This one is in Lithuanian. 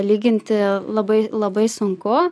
lyginti labai labai sunku